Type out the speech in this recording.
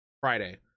Friday